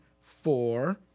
four